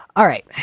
all right.